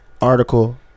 article